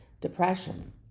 depression